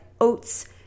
oats